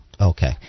Okay